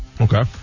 Okay